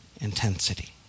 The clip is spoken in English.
intensity